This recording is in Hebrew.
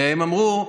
והם אמרו,